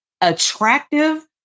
attractive